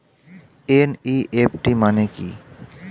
NEFT মানে কি?